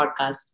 podcast